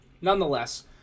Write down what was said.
Nonetheless